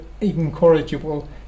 incorrigible